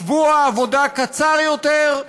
שבוע עבודה קצר יותר,